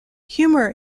humour